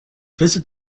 visit